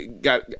got